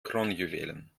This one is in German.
kronjuwelen